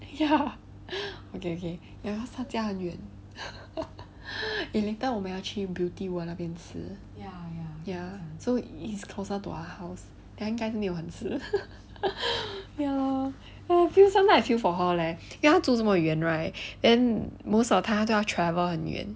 ya okay okay ya cause 他家很远 okay later 我们要去 beauty world 那边吃 ya ya so it's closer to her house then 应该没有很迟 ya lor I feel sometime I feel for her leh 因为他住这么远 right then most of the time 他都要 travel 很远